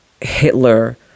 Hitler